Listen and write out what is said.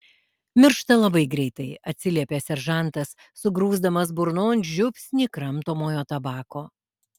miršta labai greitai atsiliepė seržantas sugrūsdamas burnon žiupsnį kramtomojo tabako